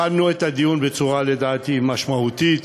הכנו את הדיון בצורה, לדעתי, משמעותית